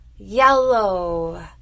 Yellow